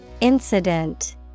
Incident